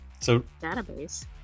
database